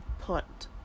put